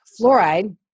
fluoride